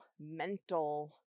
mental